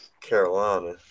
Carolina